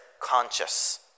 conscious